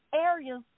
areas